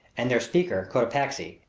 and their speaker, cotopaxi,